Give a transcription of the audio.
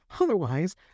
Otherwise